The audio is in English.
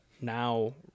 Now